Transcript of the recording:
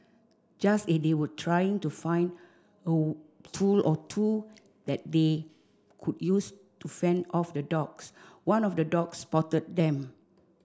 just as they were trying to find oh tool or two that they could use to fend off the dogs one of the dogs spotted them